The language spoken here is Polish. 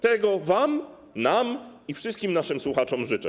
Tego wam, nam i wszystkim naszym słuchaczom życzę.